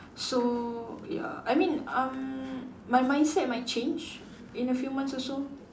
so ya I mean um my mindset might change in a few months also